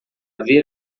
ver